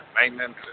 maintenance